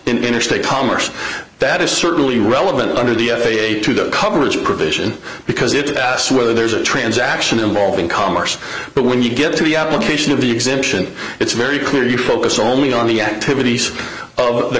interstate commerce that is certainly relevant under the f a a to the coverage provision because it asks whether there's a transaction involving commerce but when you get to the application of the exemption it's very clear you focus only on the activities of the